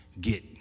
get